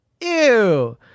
Ew